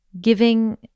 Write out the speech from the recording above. giving